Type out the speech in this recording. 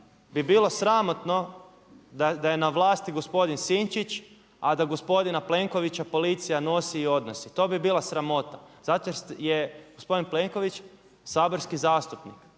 bi bilo sramotno da je na vlasti gospodin Sinčić a da gospodina Plenkovića nosi i odnosi. To bi bila sramota zato jer je gospodin Plenković saborski zastupnik,